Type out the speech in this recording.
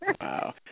Wow